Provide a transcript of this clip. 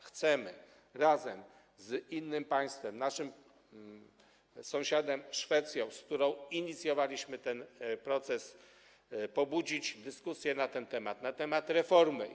Chcemy razem z innym państwem, naszym sąsiadem Szwecją, z którą inicjowaliśmy ten proces, pobudzić dyskusję na ten temat, na temat reformy.